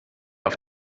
auf